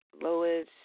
Lois